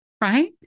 right